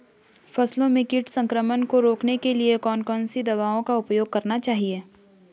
फसलों में कीट संक्रमण को रोकने के लिए कौन कौन सी दवाओं का उपयोग करना चाहिए?